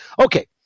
Okay